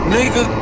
Nigga